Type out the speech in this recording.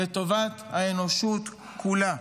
לטובת האנושות כולה,